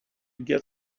get